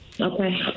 Okay